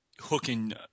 hooking